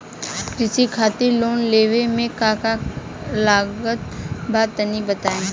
कृषि खातिर लोन लेवे मे का का लागत बा तनि बताईं?